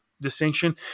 distinction